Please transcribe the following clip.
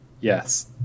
Yes